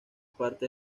parte